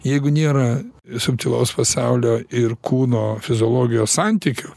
jeigu nėra subtilaus pasaulio ir kūno fiziologijos santykių